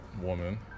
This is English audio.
woman